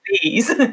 please